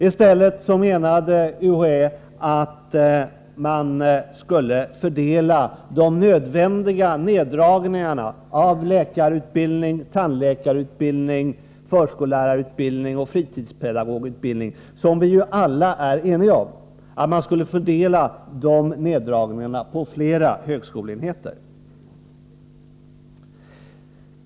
I stället menade UHÄ att de nödvändiga neddragningarna av läkarutbildning, tandläkarutbildning, förskollärarutbildning och fritidspedagogutbildning, som vi ju alla är eniga om, skulle fördelas på flera högskoleenheter.